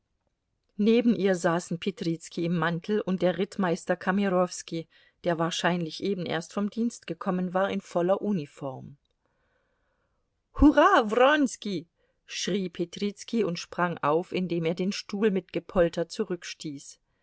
neben ihr saßen petrizki im mantel und der rittmeister kamerowski der wahrscheinlich eben erst vom dienst gekommen war in voller uniform hurra wronski schrie petrizki und sprang auf indem er den stuhl mit gepolter